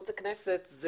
לובי 99,